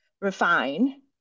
refine